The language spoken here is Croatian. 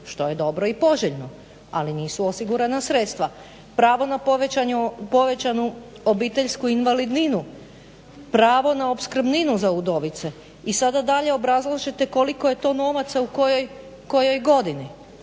što je dobro i poželjno ali nisu osigurana sredstva. Pravo na povećanu obiteljsku invalidninu, pravo na opskrbninu za udovice i sada dalje obrazložite koliko je to novaca u kojoj godini,